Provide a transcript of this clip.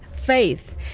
faith